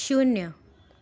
शून्य